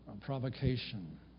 provocation